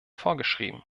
vorgeschrieben